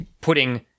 putting